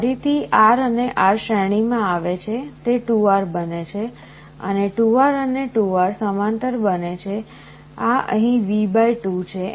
ફરીથી R અને R શ્રેણીમાં આવે છે તે 2R બને છે અને 2R અને 2R સમાંતર બને છે આ અહીં V2 છે